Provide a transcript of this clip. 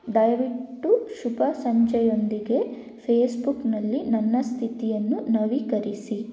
ದಯವಿಟ್ಟು ಶುಭ ಸಂಜೆಯೊಂದಿಗೆ ಫೇಸ್ಬುಕ್ನಲ್ಲಿ ನನ್ನ ಸ್ಥಿತಿಯನ್ನು ನವೀಕರಿಸಿ